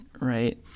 right